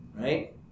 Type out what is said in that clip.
right